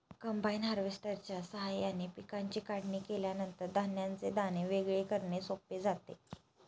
combine हार्वेस्टरच्या साहाय्याने पिकांची काढणी केल्यानंतर धान्याचे दाणे वेगळे करणे सोपे जाते